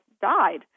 died